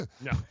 No